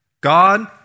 God